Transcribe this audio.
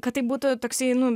kad tai būtų toksai nu